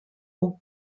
aux